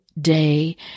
day